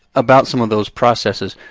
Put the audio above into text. about some of those processes.